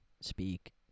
speak